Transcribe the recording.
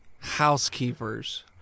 housekeepers